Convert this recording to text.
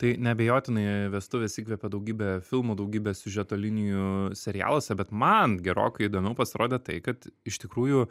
tai neabejotinai vestuvės įkvėpė daugybę filmų daugybę siužeto linijų serialuose bet man gerokai įdomiau pasirodė tai kad iš tikrųjų